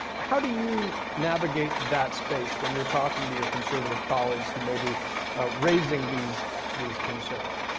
how do you navigate that space when you are talking to your conservative colleagues who may be raising these these concerns?